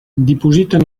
dipositen